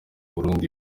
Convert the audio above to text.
burundi